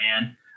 man